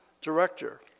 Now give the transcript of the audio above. director